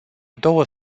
două